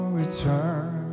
return